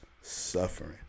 suffering